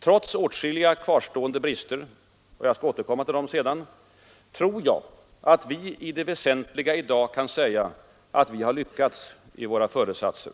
Trots åtskilliga kvarstående brister — som jag skall återkomma till — tror jag att vi i det väsentliga i dag kan säga att vi lyckats i våra föresatser.